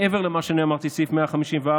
מעבר למה שאמרתי בסעיף 154,